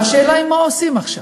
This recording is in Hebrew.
השאלה היא מה עושים עכשיו.